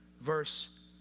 verse